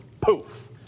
poof